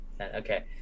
Okay